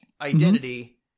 identity